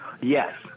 Yes